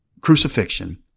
crucifixion